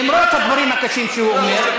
למרות הדברים הקשים שהוא אומר,